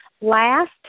last